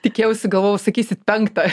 tikėjausi galvojau sakysit penktą